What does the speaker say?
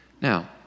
Now